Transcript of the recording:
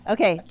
Okay